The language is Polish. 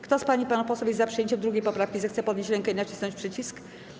Kto z pań i panów posłów jest za przyjęciem 2. poprawki, zechce podnieść rękę i nacisnąć przycisk.